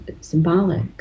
symbolic